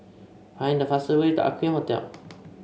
find the fastest way to Aqueen Hotel